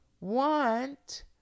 want